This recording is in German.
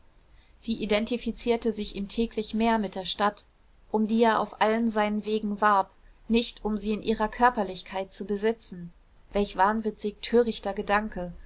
sie identifizierte sich ihm täglich mehr mit der stadt um die er auf allen seinen wegen warb nicht um sie in ihrer körperlichkeit zu besitzen welch wahnwitzig törichter gedanke